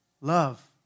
love